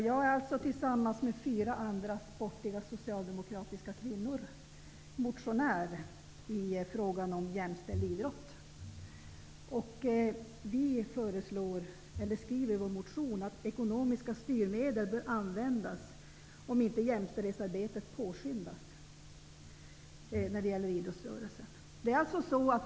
Fru talman! Jag är tillsammans med fyra andra sportiga socialdemokratiska kvinnor motionär i frågan om jämställd idrott. Vi skriver i vår motion att ekonomiska styrmedel bör användas om inte jämställdhetsarbetet påskyndas inom idrottsrörelsen.